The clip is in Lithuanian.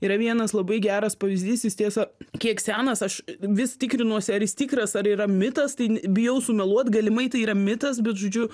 yra vienas labai geras pavyzdys jis tiesa kiek senas aš vis tikrinuosi ar jis tikras ar yra mitas tai bijau sumeluot galimai tai yra mitas bet žodžiu